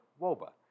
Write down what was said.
WOBA